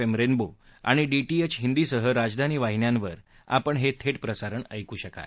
M rainbow DTH हिंदीसह राजधानी वाहिन्यांवर आपण थेट प्रसारण ऐकू शकाल